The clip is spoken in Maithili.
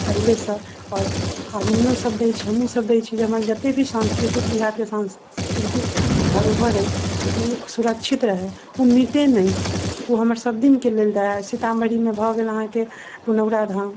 पहिलेसँ आओर आदमियो सभ दै छै हमहुँ सभ दै छियै जे हमर जते भी सान्स्कृतिक बिहारके सान्स्कृतिक धरोहर अछि तऽ ओ सुरक्षित रहै ओ मिटै नहि ओ हमर सभदिनके लेल रहै सीतामढ़ीमे भए गेल अहाँकेँ पुनौराधाम